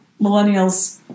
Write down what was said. millennials